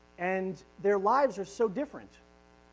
and their lives are so different.